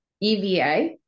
EVA